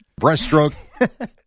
Breaststroke